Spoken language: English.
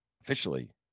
officially